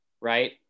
right